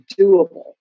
doable